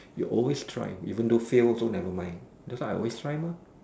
you always try even though fail also never mind that's why I always try mah